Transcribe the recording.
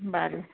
বাৰু